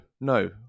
No